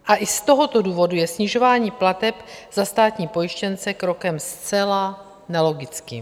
A i z tohoto důvodu je snižování plateb za státní pojištěnce krokem zcela nelogickým.